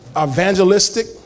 evangelistic